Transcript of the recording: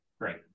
Great